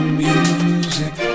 music